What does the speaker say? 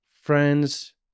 friends